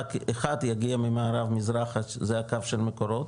אחד יגיע ממערב מזרח זה הקו של מקורות,